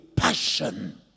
Passion